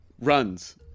runs